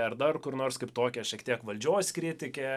ar dar kur nors kaip tokią šiek tiek valdžios kritikę